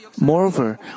Moreover